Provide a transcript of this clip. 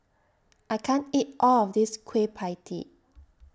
I can't eat All of This Kueh PIE Tee